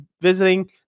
visiting